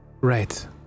Right